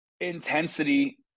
intensity